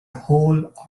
whole